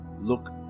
look